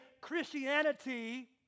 Christianity